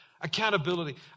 Accountability